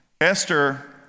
Esther